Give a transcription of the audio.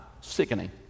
Sickening